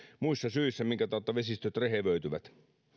muissa syissä minkä tautta vesistöt rehevöityvät